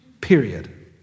Period